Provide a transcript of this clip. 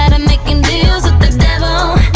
and i'm making deals with the